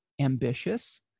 ambitious